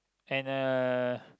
and uh